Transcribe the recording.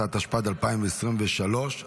התשפ"ד 2023,